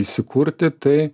įsikurti tai